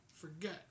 forget